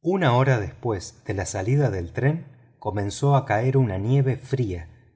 una hora después de la salida del tren comenzó a caer nieve